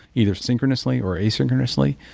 either synchronously or asynchronously.